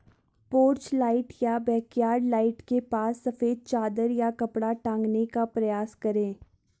porch light या backyard light के पास सफेद चादर या कपड़ा टांगने का प्रयास करें